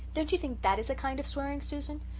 don't you think that is a kind of swearing, susan?